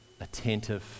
attentive